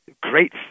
great